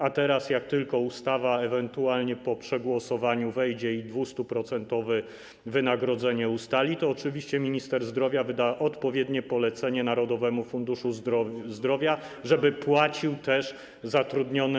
A teraz, jak tylko ustawa ewentualnie po przegłosowaniu wejdzie i 200-procentowe wynagrodzenie ustali, to oczywiście minister zdrowia wyda odpowiednie polecenie Narodowemu Funduszowi Zdrowia, żeby płacił też medykom zatrudnionym.